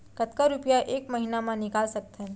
कतका रुपिया एक महीना म निकाल सकथन?